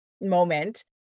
moment